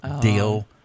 deal